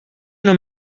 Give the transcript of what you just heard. una